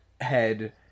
head